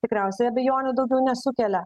tikriausiai abejonių daugiau nesukelia